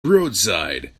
roadside